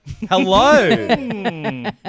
Hello